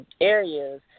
areas